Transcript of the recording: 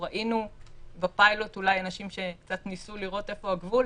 ראינו בפיילוט אולי אנשים שניסו לראות איפה הגבול,